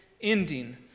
Ending